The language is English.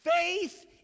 Faith